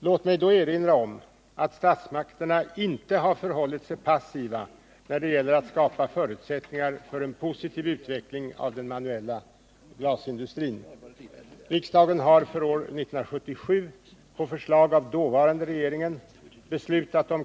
Låt mig erinra om att statsmakterna ingalunda har förhållit sig passiva när det gäller att skapa förutsättningar för en positiv utveckling av den manuella glasindustrin.